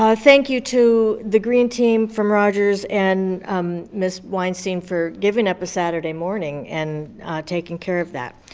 ah thank you to the green team from rogers, and ms. weinstein for giving up a saturday morning and taking care of that.